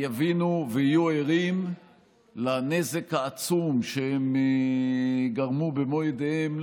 יבינו ויהיו ערים לנזק העצום שהם גרמו במו ידיהם,